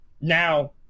now